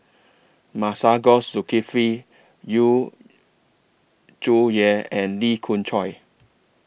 Masagos Zulkifli Yu Zhuye and Lee Khoon Choy